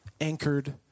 anchored